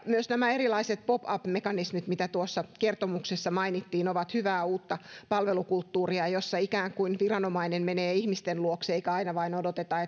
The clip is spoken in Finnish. myös nämä erilaiset pop up mekanismit mitä tuossa kertomuksessa mainittiin ovat hyvää uutta palvelukulttuuria jossa ikään kuin viranomainen menee ihmisten luokse eikä aina vain odoteta